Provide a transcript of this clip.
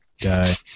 guy